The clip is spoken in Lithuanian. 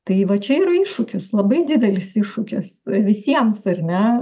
tai va čia yra iššūkis labai didelis iššūkis visiems ar ne